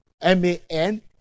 M-A-N